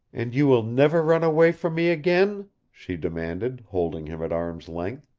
and you will never run away from me again? she demanded, holding him at arm's length.